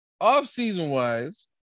off-season-wise